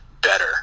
better